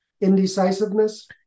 Indecisiveness